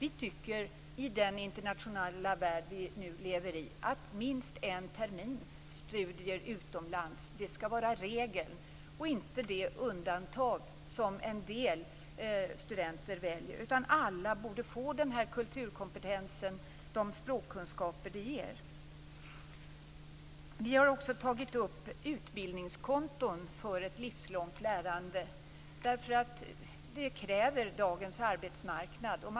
I den internationaliserade värld som vi nu lever i skall, tycker vi, minst en termins studier utomlands vara regel, inte det undantag som en del studenter väljer. Alla borde få den här kulturkompetensen, de språkkunskaper som detta ger. Vidare har vi tagit upp frågan om utbildningskonton för ett livslångt lärande därför att det är något som dagens arbetsmarknad kräver.